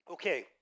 Okay